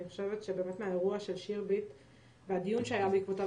מהאירוע של שירביט והדיון שהיה בעקבותיו,